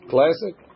Classic